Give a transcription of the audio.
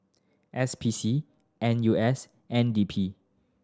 S P C N U S N D P